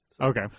Okay